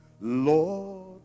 Lord